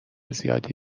زیادی